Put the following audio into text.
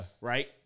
Right